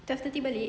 twelve thirty balik